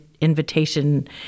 invitation